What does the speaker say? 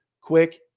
quick